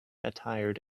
attired